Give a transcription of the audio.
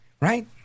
right